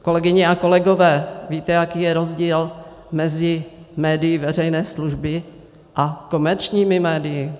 Kolegyně a kolegové, víte, jaký je rozdíl mezi médii veřejné služby a komerčními médii?